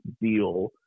deal